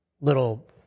little